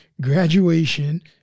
graduation